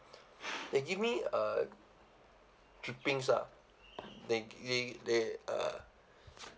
they give me uh drippings lah they they they uh